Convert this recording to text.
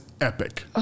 epic